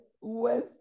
West